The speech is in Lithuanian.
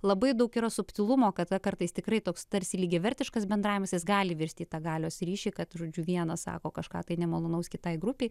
labai daug yra subtilumo kad kartais tikrai toks tarsi lygiavertiškas bendravimas jis gali virsti į tą galios ryšį kad žodžiu vienas sako kažką tai nemalonaus kitai grupei